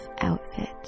outfit